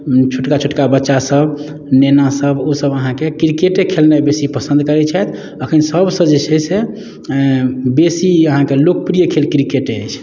छोटका छोटका बच्चासभ नेनासभ ओसभ अहाँकेँ क्रिकेटे खेलनाइ बेसी पसन्द करैत छथि एखन सभसँ जे छै से बेसी अहाँके लोकप्रिय खेल क्रिकेटे अछि